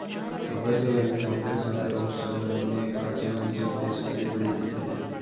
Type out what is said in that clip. ಅಗಸೆಯನ್ನು ಹತ್ತು ಸಾವಿರ ವರ್ಷಗಳ ಹಿಂದೆಯೇ ಪ್ರಾಚೀನ ಈಜಿಪ್ಟ್ ದೇಶದಲ್ಲಿ ಬೆಳೀತಿದ್ರು